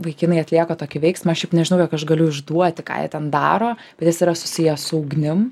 vaikinai atlieka tokį veiksmą šiaip nežinau jog aš galiu išduoti ką jie ten daro bet jis yra susijęs su ugnim